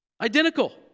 Identical